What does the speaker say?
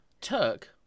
Turk